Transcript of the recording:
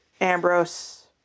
Ambrose